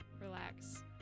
relax